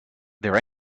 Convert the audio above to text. there